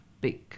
big